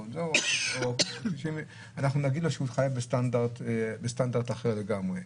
אנחנו נגיד לו שהוא חייב בסטנדרט אחר לגמרי,